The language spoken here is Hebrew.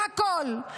לכול.